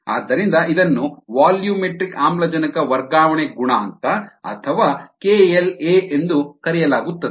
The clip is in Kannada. ಆದ್ದರಿಂದ ಇದನ್ನು ವಾಲ್ಯೂಮೆಟ್ರಿಕ್ ಆಮ್ಲಜನಕ ವರ್ಗಾವಣೆ ಗುಣಾಂಕ ಅಥವಾ KLa ಎಂದು ಕರೆಯಲಾಗುತ್ತದೆ